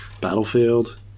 Battlefield